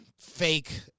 fake